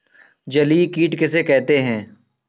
जलीय कीट किसे कहते हैं?